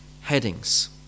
headings